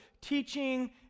teaching